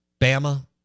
Bama